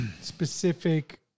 specific